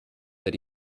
that